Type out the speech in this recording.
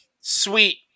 sweet